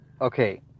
Okay